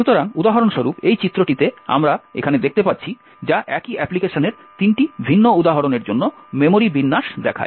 সুতরাং উদাহরণস্বরূপ এই চিত্রটিতে আমরা এখানে দেখতে পাচ্ছি যা একই অ্যাপ্লিকেশনের তিনটি ভিন্ন উদাহরণের জন্য মেমোরি বিন্যাস দেখায়